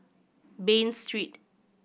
Bain Street